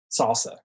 salsa